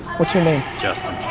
what's your name? justin.